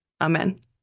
Amen